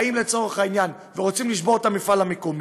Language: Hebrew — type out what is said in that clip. לצורך העניין, רוצים לשבור את המפעל המקומי,